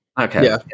okay